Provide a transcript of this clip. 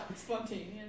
spontaneous